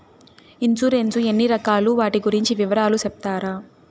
Insurance ఎన్ని రకాలు వాటి గురించి వివరాలు సెప్తారా?